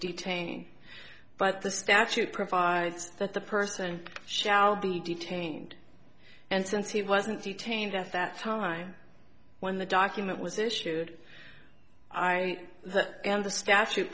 detain but the statute provides that the person shall be detained and since he wasn't detained at that time when the document was issued i know that the statute